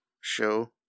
show